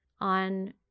on